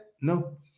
No